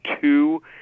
two